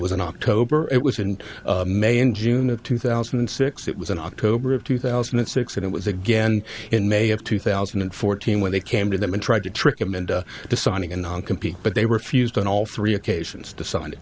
was in october it was in may in june of two thousand and six it was in october of two thousand and six and it was again in may of two thousand and fourteen when they came to them and tried to trick them into signing and compete but they refused on all three occasions to sign i